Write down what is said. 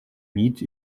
meat